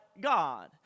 God